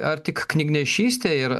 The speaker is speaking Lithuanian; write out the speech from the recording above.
ar tik knygnešystė ir